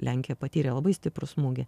lenkija patyrė labai stiprų smūgį